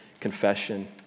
confession